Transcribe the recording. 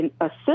assist